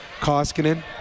Koskinen